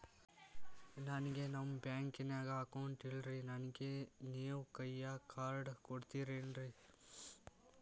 ನನ್ಗ ನಮ್ ಬ್ಯಾಂಕಿನ್ಯಾಗ ಅಕೌಂಟ್ ಇಲ್ರಿ, ನನ್ಗೆ ನೇವ್ ಕೈಯ ಕಾರ್ಡ್ ಕೊಡ್ತಿರೇನ್ರಿ?